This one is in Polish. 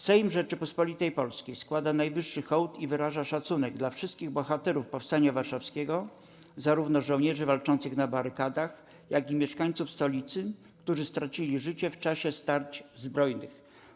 Sejm Rzeczypospolitej Polskiej składa najwyższy hołd i wyraża szacunek dla wszystkich bohaterów Powstania Warszawskiego, zarówno żołnierzy walczących na barykadach, jak i mieszkańców stolicy, którzy stracili życie w czasie starć zbrojnych”